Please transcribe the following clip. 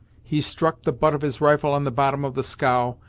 he struck the butt of his rifle on the bottom of the scow,